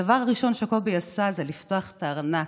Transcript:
הדבר הראשון שקובי עשה זה לפתוח את הארנק,